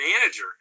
manager